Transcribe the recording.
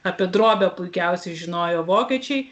apie drobę puikiausiai žinojo vokiečiai